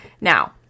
Now